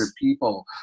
people